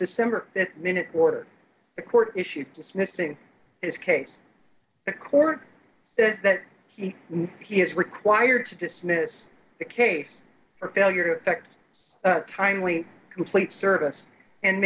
december minute order the court issued dismissing his case the court says that he he is required to dismiss the case for failure effect it's timely complete service and